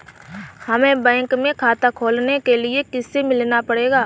हमे बैंक में खाता खोलने के लिए किससे मिलना पड़ेगा?